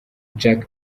jack